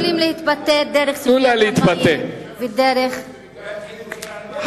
כולם יכולים להתבטא דרך סוגיית המים ודרך מדיניות המים.